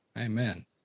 Amen